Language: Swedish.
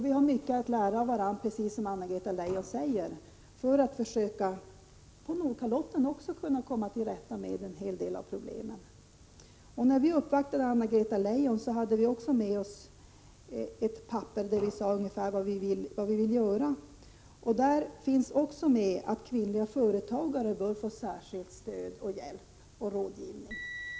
Vi har mycket att lära varandra, precis som Anna-Greta Leijon säger, för att försöka komma till rätta med — Prot. 1986/87:93 problemen även på Nordkalotten. När vi uppvaktade Anna-Greta Leijon 24 mars 1987 hade vi med oss ett papper där det stod ungefär vad vi ville göra. Där finns också medtaget att kvinnliga företagare bör få särskilt stöd, hjälp och rådgivning.